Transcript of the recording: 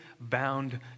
bound